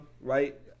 right